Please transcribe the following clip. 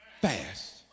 fast